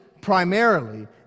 primarily